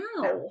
No